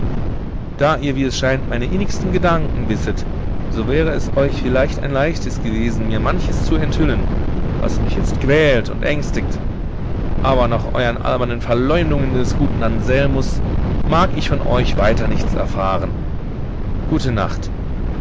da ihr wie es scheint meine innigsten gedanken wisset so wäre es euch vielleicht ein leichtes gewesen mir manches zu enthüllen was mich jetzt quält und ängstigt aber nach euern albernen verleumdungen des guten anselmus mag ich von euch weiter nichts erfahren gute nacht